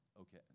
okay